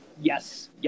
yes